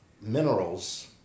minerals